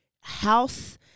house